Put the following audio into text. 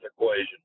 equation